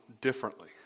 differently